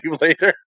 later